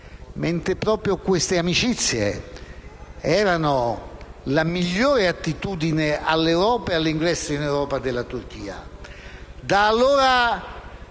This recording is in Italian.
mentre proprio quelle amicizie erano la migliore attitudine all'Europa e all'ingresso in Europa della Turchia.